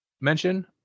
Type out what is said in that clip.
mention